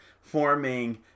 forming